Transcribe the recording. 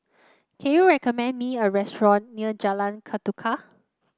can you recommend me a restaurant near Jalan Ketuka